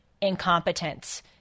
incompetence